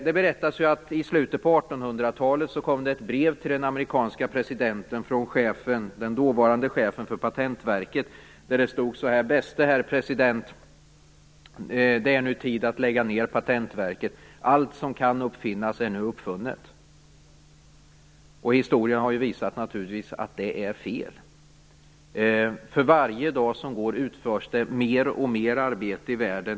Det berättas att det i slutet av 1800-talet kom ett brev till den amerikanska presidenten från den dåvarande chefen för patentverket. Där stod det: Bäste herr president! Det är nu tid att lägga ned patentverket. Allt som kan uppfinnas är nu uppfunnet. Historien har naturligtvis visat att det är fel. För varje dag som går utförs det mer och mer arbete i världen.